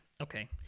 Okay